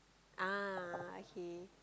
ah okay